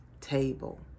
table